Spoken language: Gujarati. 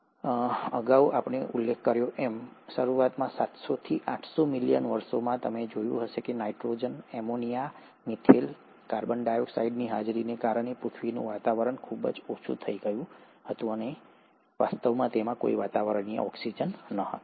મેં અગાઉ ઉલ્લેખ કર્યો છે તેમ શરૂઆતના સાતસોથી આઠસો મિલિયન વર્ષોમાં તમે જોશો કે નાઇટ્રોજન એમોનિયા મિથેન કાર્બન ડાયોક્સાઈડની હાજરીને કારણે પૃથ્વીનું વાતાવરણ ખૂબ જ ઓછું થઈ રહ્યું હતું અને વાસ્તવમાં તેમાં કોઈ વાતાવરણીય ઓક્સિજન નહોતું